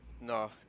no